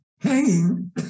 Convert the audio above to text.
Hanging